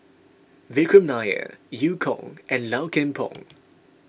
Vikram Nair Eu Kong and Low Kim Pong